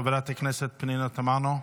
חברת הכנסת פנינה תמנו,